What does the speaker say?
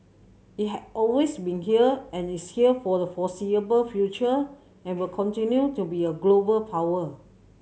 it had always been here and it's here for the foreseeable future and will continue to be a global power